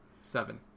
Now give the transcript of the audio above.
seven